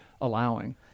allowing